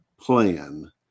plan